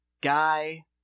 guy